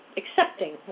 accepting